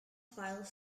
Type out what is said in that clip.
file